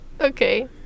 Okay